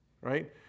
Right